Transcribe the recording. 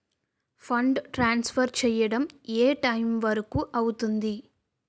Fund transfer చేయడం ఏ time వరుకు అవుతుంది?